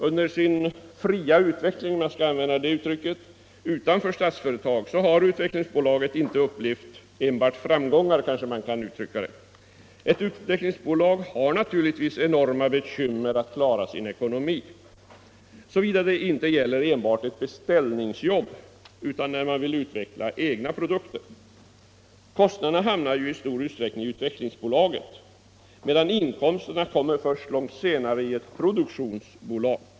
Under sin ”fria utveckling” utanför Statsföretag har Utvecklingsbolaget inte upplevt enbart framgångar — så kanske man kan uttrycka det. Ett utvecklingsbolag har naturligtvis enorma bekymmer att klara sin ekonomi, såvida det inte gäller enbart beställningsjobb utan man vill utveckla egna produkter. Kostnaderna hamnar ju i stor utsträckning i utvecklingsbolaget medan inkomsterna kommer först långt senare i ett produktionsbolag.